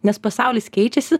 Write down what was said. nes pasaulis keičiasi